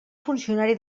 funcionari